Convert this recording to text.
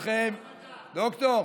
------ דוקטור,